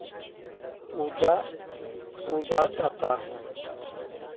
पूजा पूजा जाता है